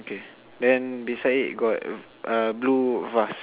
okay then beside it got uh blue vase